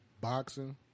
Boxing